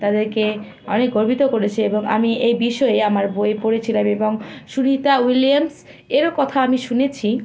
তাদেরকে অনেক গর্বিত করেছে এবং আমি এই বিষয়ে আমার বইয়ে পড়েছিলাম এবং সুনিতা উইলিয়ামস এরও কথা আমি শুনেছি